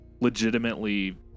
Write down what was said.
legitimately